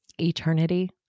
eternity